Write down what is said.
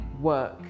work